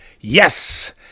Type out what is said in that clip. Yes